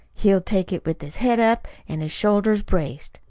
he'll take it with his head up an' his shoulders braced.